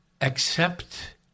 accept